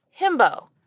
himbo